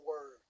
word